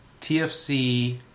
TFC